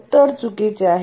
उत्तर चुकीचे आहे